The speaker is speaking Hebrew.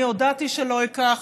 אני הודעתי שלא אקח,